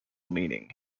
meaning